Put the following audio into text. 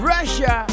Russia